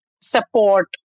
support